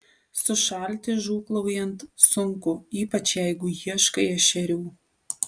sušalti žūklaujant sunku ypač jeigu ieškai ešerių